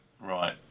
Right